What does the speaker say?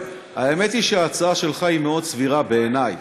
האמת היא שההצעה שלך היא מאוד סבירה בעיני,